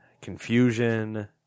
confusion